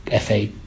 FA